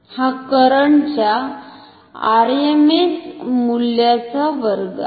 हा करंट च्या RMS मूल्याचा वर्ग आहे